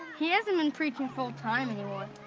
he hasn't been preaching full time anymore.